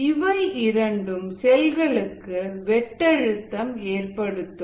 இவை இரண்டும் செல்களுக்கு வெட்டு அழுத்தம் ஏற்படுத்தும்